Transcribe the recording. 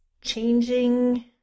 changing